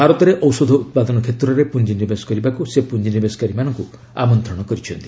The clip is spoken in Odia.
ଭାରତରେ ଔଷଧ ଉତ୍ପାଦନ କ୍ଷେତ୍ରରେ ପୁଞ୍ଜିନିବେଶ କରିବାକୁ ସେ ପୁଞ୍ଜିନିବେଶକାରୀମାନଙ୍କୁ ଆମନ୍ତ୍ରଣ କରିଛନ୍ତି